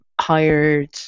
hired